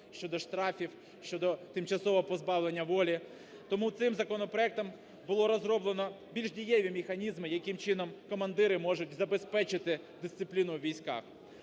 щодо штрафів, щодо тимчасового позбавлення волі. Тому цим законопроектом було розроблено більш дієві механізми, яким чином командири можуть забезпечити дисципліну у військах.